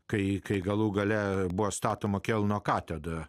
kai kai galų gale buvo statoma kelno katedra